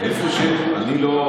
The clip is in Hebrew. אני לא,